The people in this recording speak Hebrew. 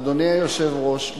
אדוני היושב-ראש,